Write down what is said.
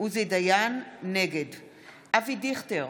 אבי דיכטר,